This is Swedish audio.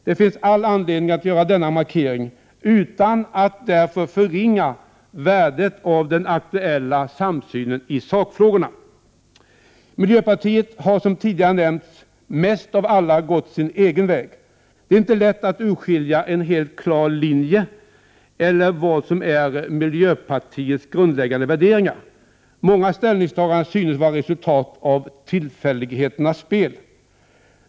Det finns all anledning att göra denna markering, utan att därför förringa värdet av den aktuella samsynen i sakfrågorna. Miljöpartiet har, som tidigare nämnts, mest av alla gått sin egen väg. Det är inte lätt att urskilja en helt klar linje eller vad som är miljöpartiets grundläggande värderingar. Många ställningstaganden synes vara resultatet av tillfälligheternas spel.